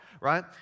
right